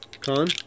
Con